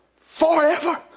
forever